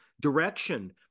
direction